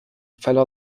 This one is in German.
verlor